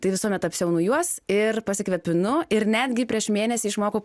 tai visuomet apsiaunu juos ir pasikvėpinu ir netgi prieš mėnesį išmokau